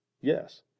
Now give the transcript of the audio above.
yes